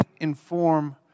inform